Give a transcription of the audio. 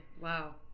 wow